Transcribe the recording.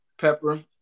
pepper